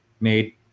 made